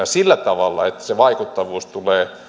sillä tavalla että se vaikuttavuus tulee